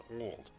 old